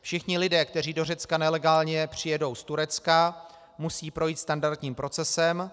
Všichni lidé, kteří do Řecka nelegálně přijedou z Turecka, musí projít standardním procesem.